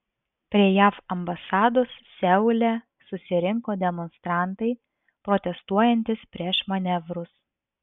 prie jav ambasados seule susirinko demonstrantai protestuojantys prieš manevrus